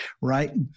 right